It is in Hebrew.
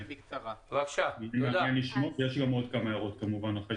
יש כמובן עוד כמה הערות.